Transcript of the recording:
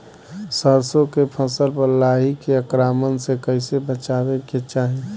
सरसो के फसल पर लाही के आक्रमण से कईसे बचावे के चाही?